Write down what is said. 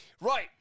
Right